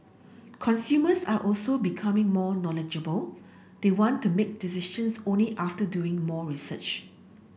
consumers are also becoming more knowledgeable they want to make decisions only after doing more research